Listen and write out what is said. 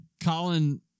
Colin